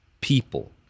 people